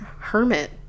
hermit